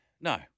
No